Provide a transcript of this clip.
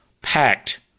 packed